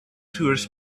tourists